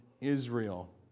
Israel